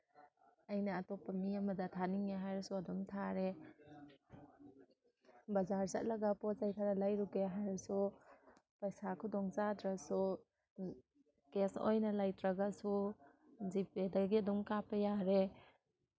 ꯑꯩꯅ ꯑꯇꯣꯞꯄ ꯃꯤ ꯑꯃꯗ ꯊꯥꯅꯤꯡꯉꯦ ꯍꯥꯏꯔꯁꯨ ꯑꯗꯨꯝ ꯊꯥꯔꯦ ꯕꯖꯥꯔ ꯆꯠꯂꯒ ꯄꯣꯠ ꯆꯩ ꯈꯔ ꯂꯩꯔꯨꯒꯦ ꯍꯥꯏꯔꯁꯨ ꯄꯩꯁꯥ ꯈꯨꯗꯣꯡꯆꯥꯗ꯭ꯔꯁꯨ ꯀꯦꯁ ꯑꯣꯏꯅ ꯂꯩꯇ꯭ꯔꯒꯁꯨ ꯖꯤ ꯄꯦꯗꯒꯤ ꯑꯗꯨꯝ ꯀꯥꯞꯄ ꯌꯥꯔꯦ